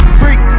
freak